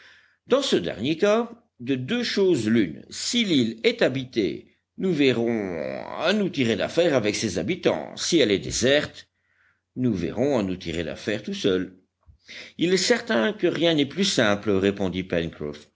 dans ce dernier cas de deux choses l'une si l'île est habitée nous verrons à nous tirer d'affaire avec ses habitants si elle est déserte nous verrons à nous tirer d'affaire tout seuls il est certain que rien n'est plus simple répondit